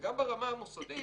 גם ברמה המוסדית,